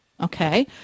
okay